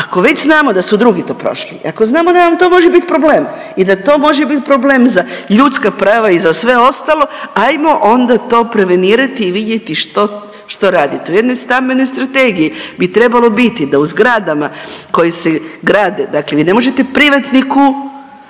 ako već znamo da su drugi to prošli i ako znamo da nam to može biti problem i da to može biti problem za ljudska prava i za sve ostalo hajmo onda to prevenirati i vidjeti što radite. U jednoj Stambenoj strategiji bi trebalo biti da u zgradama koje se grade, dakle vi ne možete privatniku